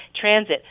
transit